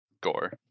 gore